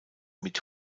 mit